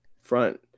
front